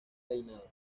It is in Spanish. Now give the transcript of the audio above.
reinado